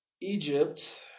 Egypt